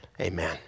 amen